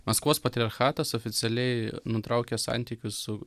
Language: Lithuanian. maskvos patriarchatas oficialiai nutraukė santykius su